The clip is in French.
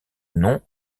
non